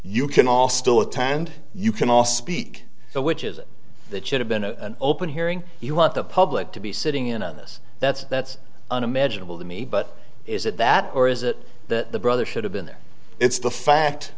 you can all still attend you can all speak which is that should have been an open hearing you want the public to be sitting in a us that's that's unimaginable to me but is it that or is it that the brother should have been there it's the fact